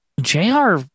Jr